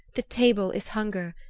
the table is hunger,